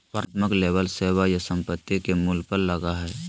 वर्णनात्मक लेबल सेवा या संपत्ति के मूल्य पर लगा हइ